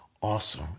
awesome